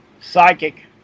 psychic